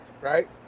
right